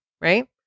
right